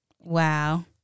Wow